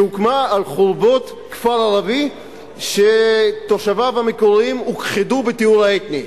שהוקמה על חורבות כפר ערבי שתושביו המקוריים הוכחדו בטיהור אתני.